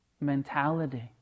mentality